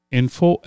info